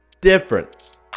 difference